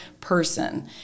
person